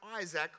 Isaac